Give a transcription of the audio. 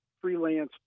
freelance